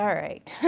um right.